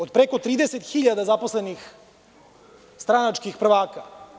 Od preko 30 hiljada zaposlenih stranačkih prvaka.